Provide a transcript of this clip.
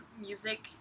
music